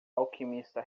alquimista